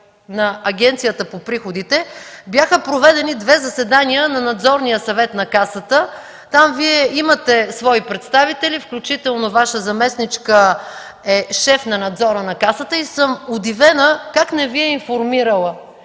на Агенцията за приходите бяха проведени две заседания на Надзорния съвет на Касата. Там Вие имате свои представители, включително Ваша заместничка е шеф на надзора на Касата и съм удивена как не Ви е информирала,